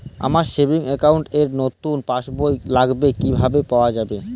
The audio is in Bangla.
আমার সেভিংস অ্যাকাউন্ট র নতুন পাসবই লাগবে, কিভাবে পাওয়া যাবে?